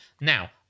Now